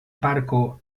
parko